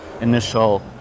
initial